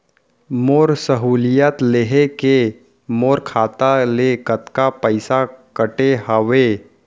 मोर सहुलियत लेहे के मोर खाता ले कतका पइसा कटे हवये?